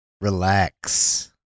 Relax